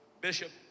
Bishop